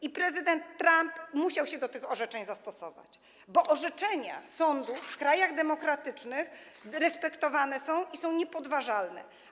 I prezydent Trump musiał się do tych orzeczeń zastosować, bo orzeczenia sądów w krajach demokratycznych są respektowane i są niepodważalne.